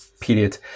period